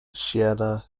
sierra